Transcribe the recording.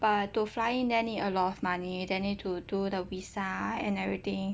but to flying there need a lot of money then need to do the visa and everything